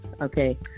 Okay